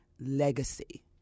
Legacy